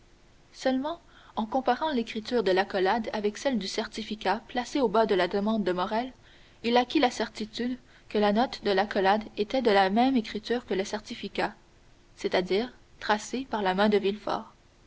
seulement en comparant l'écriture de l'accolade avec celle du certificat placé au bas de la demande de morrel il acquit la certitude que la note de l'accolade était de la même écriture que le certificat c'est-à-dire tracée par la main de